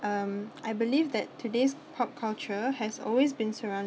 um I believe that today's pop culture has always been surr~